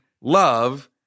Love